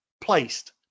placed